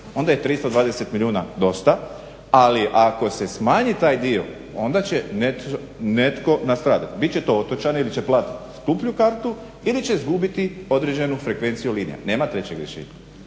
onda je 320 milijuna dosta, ali ako se smanji taj dio, onda će netko nastradati. Bit će to otočani, ili će platiti skuplju kartu ili će izgubiti određenu frekvenciju linija. Nema trećeg rješenja.